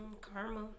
karma